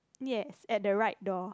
yes at the right door